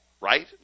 right